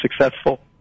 successful